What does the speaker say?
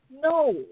No